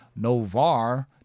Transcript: Novar